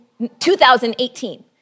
2018